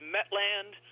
Metland